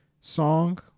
song